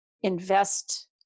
invest